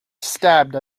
stabbed